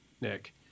Nick